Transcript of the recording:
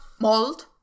Mold